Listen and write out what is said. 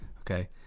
Okay